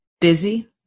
busy